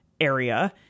area